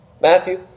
Matthew